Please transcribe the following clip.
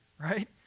right